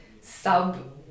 sub-